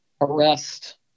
arrest